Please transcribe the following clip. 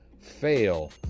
fail